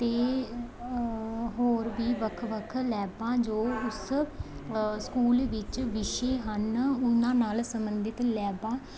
ਅਤੇ ਹੋਰ ਵੀ ਵੱਖ ਵੱਖ ਲੈਬਾਂ ਜੋ ਉਸ ਸਕੂਲ ਵਿੱਚ ਵਿਸ਼ੇ ਹਨ ਉਹਨਾਂ ਨਾਲ ਸੰਬੰਧਿਤ ਲੈਬਾਂ